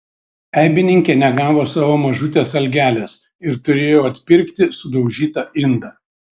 eibininkė negavo savo mažutės algelės ir turėjo atpirkti sudaužytą indą